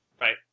right